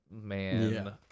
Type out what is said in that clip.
man